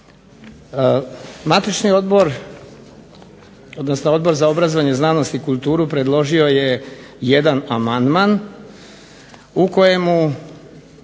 Matični odbor, odnosno Odbor za obrazovanje, znanost i kulturu predložio je jedan amandman u kojemu